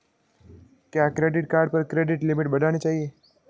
क्या credit card पर credit limit बढ़ानी चाहिए?